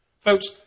Folks